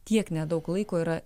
tiek nedaug laiko yra